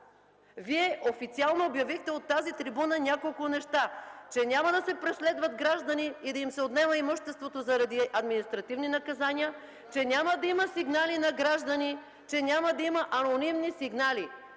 Вие официално обявихте от тази трибуна няколко неща – че няма да се преследват граждани и да им се отнема имуществото заради административни наказания, че няма да има сигнали на граждани, че няма да има анонимни сигнали.